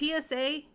PSA